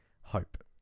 hope